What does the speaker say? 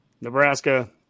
Nebraska